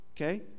okay